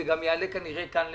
זה גם כנראה יעלה כאן לדיון,